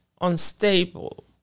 unstable